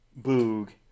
Boog